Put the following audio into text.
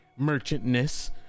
merchantness